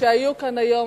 שהיו כאן היום,